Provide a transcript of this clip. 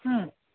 ಹ್ಞೂ